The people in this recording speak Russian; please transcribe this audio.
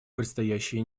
предстоящие